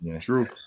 True